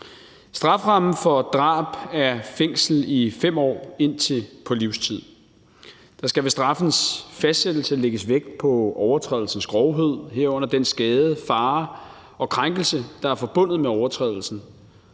Strafferammen for drab er fængsel mellem 5 år og livstid. Der skal ved straffens fastsættelse lægges vægt på overtrædelsens grovhed, herunder den skade, fare og krænkelse, der er forbundet med overtrædelsen.